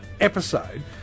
episode